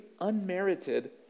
unmerited